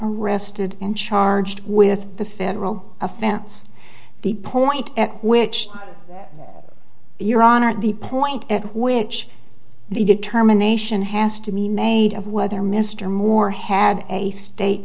arrested and charged with the federal offense the point at which your honor at the point at which the determination has to be made of whether mr moore had a state